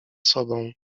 sobą